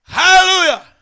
Hallelujah